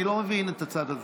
אני לא מבין את הצד הזה.